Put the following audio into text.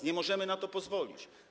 Nie możemy na to pozwolić.